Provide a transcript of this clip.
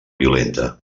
violenta